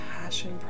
passion